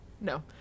No